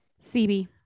CB